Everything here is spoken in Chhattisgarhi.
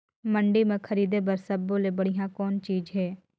मंडी म खरीदे बर सब्बो ले बढ़िया चीज़ कौन हे?